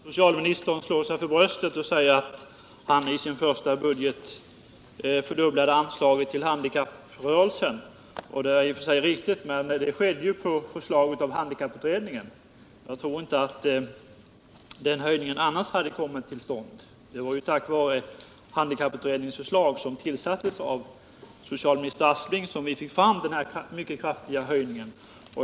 Herr talman! Socialministern slår sig för bröstet och säger att han i sin första budget fördubblade anslaget till handikapprörelsen. Det är i och för sig riktigt, men det skedde på förslag av handikapputredningen. Jag tror inte att den höjningen annars hade kommit till stånd. Höjningen skedde som sagt på förslag av handikapputredningen, som tillsattes av socialminister Aspling.